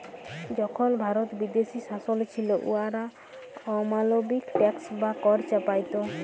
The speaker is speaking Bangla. যখল ভারত বিদেশী শাসলে ছিল, উয়ারা অমালবিক ট্যাক্স বা কর চাপাইত